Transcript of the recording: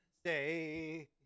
stay